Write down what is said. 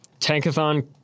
Tankathon